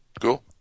Cool